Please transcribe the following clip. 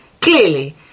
Clearly